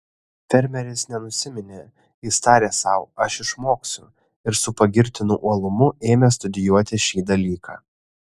fermeris nenusiminė jis tarė sau aš išmoksiu ir su pagirtinu uolumu ėmė studijuoti šį dalyką